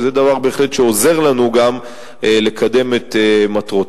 שזה דבר שבהחלט עוזר לנו לקדם את מטרותינו.